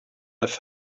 have